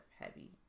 heavy